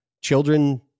children